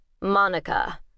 Monica